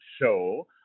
show